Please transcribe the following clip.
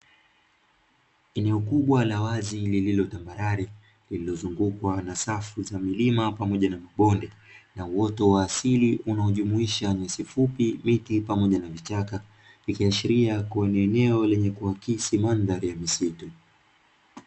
Eneo kubwa la wazi lililo tambarare, lililozungukwa na safu za milima pamoja na mabonde, na uoto wa asili unaojumuisha nyasi fupi, miti, pamoja na vichaka; ikiashiria kuwa ni eneo lenye kuakisi mandhari ya misitu.